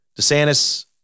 DeSantis